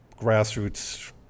Grassroots